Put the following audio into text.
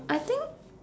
I think